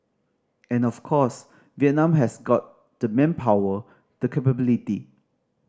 and of course Vietnam has got the manpower the capability